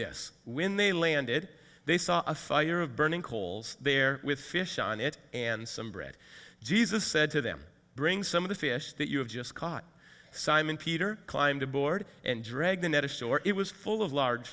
this when they landed they saw a fire of burning coals there with fish on it and some bread jesus said to them bring some of the fish that you have just caught simon peter climbed aboard and drag the net ashore it was full of large